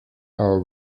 are